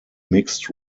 mixed